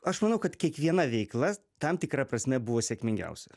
aš manau kad kiekviena veikla tam tikra prasme buvo sėkmingiausia